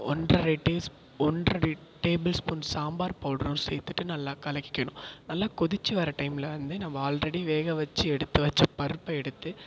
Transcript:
ஒன்றரை teaspoon ஒன்றரை tablespoon sambar பவுடரும் சேர்த்துட்டு நல்லா கலக்கிக்கணும் நல்லா கொதிச்சு வர்ற டைம்மில் வந்து நம்ம ஆல்ரெடி வேக வச்சு எடுத்து வச்ச பருப்பை எடுத்து